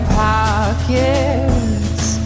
pockets